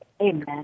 Amen